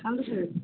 हम से